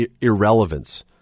irrelevance